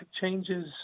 changes